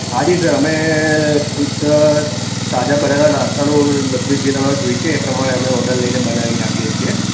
હા જી સર અમે શુદ્ધ તાજા બનેલા નાસ્તાનું બધી જ જે તમારે જોઇશે એ પ્રમાણે અમે ઓડર લઈને બનાવી આપીએ છીએ